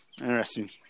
Interesting